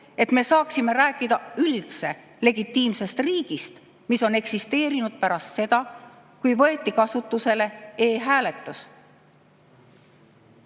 et me saaksime üldse rääkida legitiimsest riigist, mis on eksisteerinud pärast seda, kui võeti kasutusele e‑hääletus. Kui